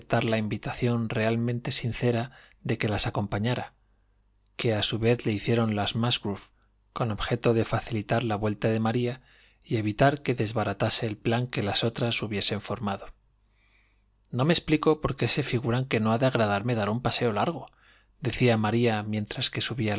la invitación realmente sincera de que las acompañara que a su vez le hicieron las musgrove con objeto de facilitar la vuelta de maría y evitar que desbaratase el plan que las otras hubiesen formado no me explico por qué se figuran que no ha de agradarme dar un paseo largo decía maría mientras que subía